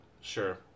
Sure